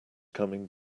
coming